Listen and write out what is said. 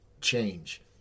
change